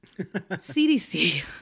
CDC